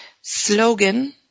slogan